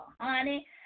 honey